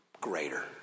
greater